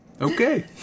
Okay